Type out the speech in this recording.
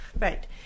Right